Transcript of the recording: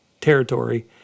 territory